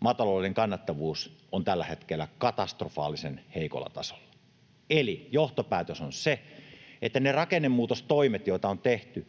maatalouden kannattavuus on tällä hetkellä katastrofaalisen heikolla tasolla. Eli johtopäätös on se, että ne rakennemuutostoimet, joita on tehty,